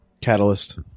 Catalyst